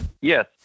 Yes